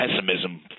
Pessimism